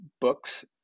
books